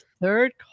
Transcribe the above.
third